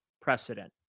precedent